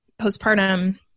postpartum